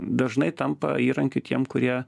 dažnai tampa įrankiu tiem kurie